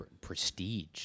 Prestige